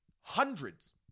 hundreds